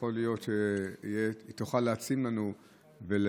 ויכול להיות שהיא תוכל להעצים לנו את